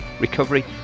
recovery